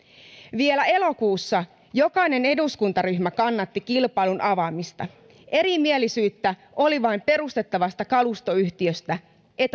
vielä elokuussa jokainen eduskuntaryhmä kannatti kilpailun avaamista erimielisyyttä oli vain perustettavasta kalustoyhtiöstä